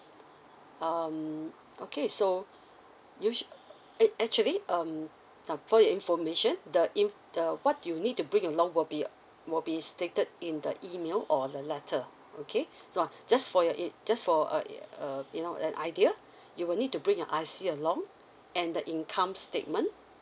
um okay so you should act~ actually um now for your information the in~ the what you need to bring along will be will be stated in the email or the letter okay so uh just for your in~ just for uh uh you know an idea you will need to bring your I_C along and the income statement